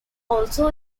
also